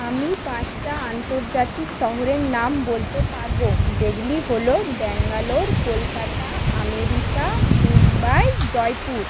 আমি পাঁচটা আন্তর্জাতিক শহরের নাম বলতে পারব যেগুলি হল ব্যাঙ্গালোর কলকাতা আমেরিকা মুম্বাই জয়পুর